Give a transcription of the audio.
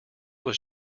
was